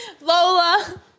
Lola